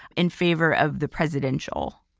in favor of the presidential.